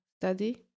study